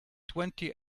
twenty